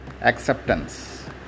acceptance